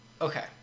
Okay